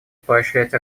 поощрять